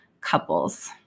couples